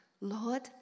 Lord